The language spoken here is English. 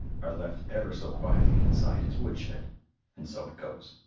are left ever so quietly inside his woodshed and so it goes.